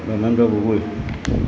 Dharmendra Gogoi